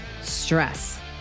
stress